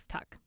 Tuck